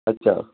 अच्छा